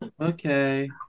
Okay